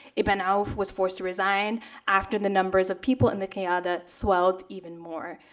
ibn auf was forced to resign after the numbers of people in the qiyada swelled even more.